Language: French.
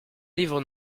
livres